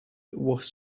was